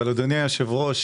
אבל אדוני היושב-ראש,